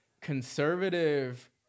conservative